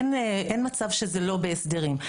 אין מצב שזה לא בהסדרים.